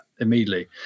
immediately